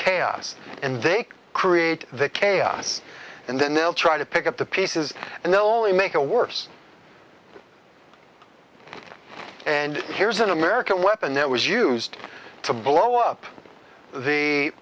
chaos and they can create chaos and then they'll try to pick up the pieces and they'll only make a worse and here's an american weapon that was used to blow up the